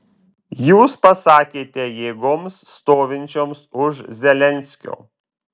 jūs pasakėte jėgoms stovinčioms už zelenskio